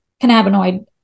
cannabinoid